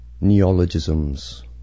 Neologisms